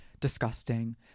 Disgusting